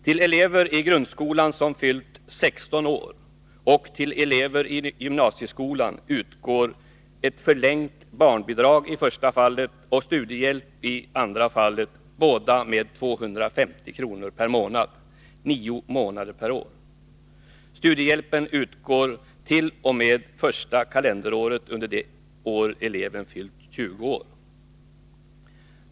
Till elever i grundskolan som fyllt 16 år och till elever i gymnasieskolan utgår i första fallet ett förlängt barnbidrag och i andra fallet studiehjälp, båda med 250 kr. per månad under nio månader per år. Studiehjälpen utgår t.o.m. första kalenderhalvåret under det år eleven fyller 20 år.